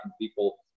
people